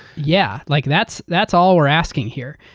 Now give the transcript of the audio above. yeah like that's that's all we're asking here.